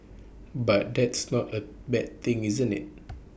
but that's not A bad thing isn't IT